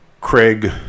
Craig